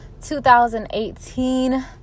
2018